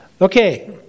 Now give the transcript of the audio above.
Okay